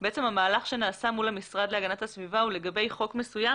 בעצם המהלך שנעשה מול המשרד להגנת הסביבה הוא לגבי חוק מסוים